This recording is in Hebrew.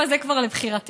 אבל זה כבר לבחירתך